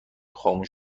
خاموش